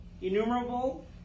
innumerable